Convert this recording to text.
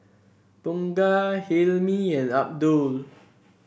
Bunga Hilmi and Abdul